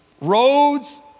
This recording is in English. roads